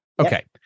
Okay